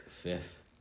fifth